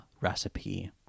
recipe